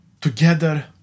Together